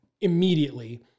immediately